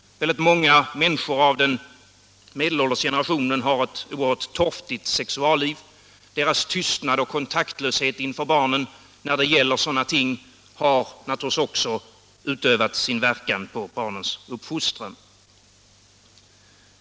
Många människor i den medelålders generationen har ett oerhört torftigt sexualliv. Deras tystnad och kontaktlöshet inför barnen när det gäller sådana ting har naturligtvis haft sin verkan på barnens uppfostran.